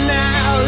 now